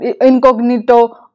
incognito